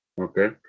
okay